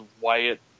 Wyatt